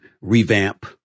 revamp